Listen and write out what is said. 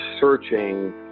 searching